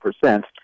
percent